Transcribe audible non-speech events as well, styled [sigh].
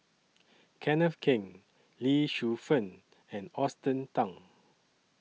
Kenneth Keng Lee Shu Fen and Austen [unintelligible]